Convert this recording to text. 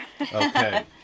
Okay